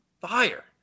fire